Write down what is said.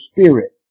spirit